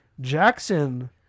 Jackson